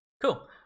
cool